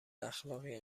اخلاقی